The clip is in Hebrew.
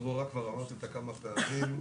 כבר אמרתי כמה פעמים,